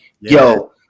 yo